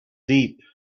deep